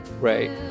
Right